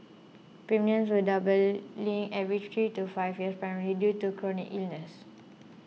premiums were doubling every three to five years primarily due to chronic illnesses